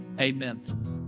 amen